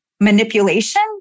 manipulation